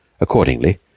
Accordingly